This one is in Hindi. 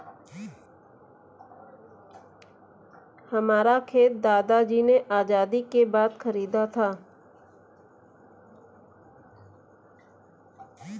हमारा खेत दादाजी ने आजादी के बाद खरीदा था